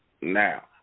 Now